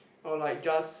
or like just